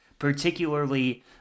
particularly